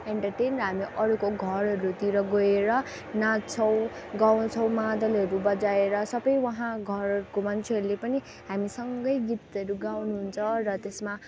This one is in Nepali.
र हामी अरूको घरहरूतिर गएर नाच्छौँ गाउँछौँ मादलहरू बजाएर सबै वहाँ घरको मान्छेहरूले पनि हामीसँगै गीतहरू गाउनु हुन्छ र त्यसमा